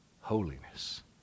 holiness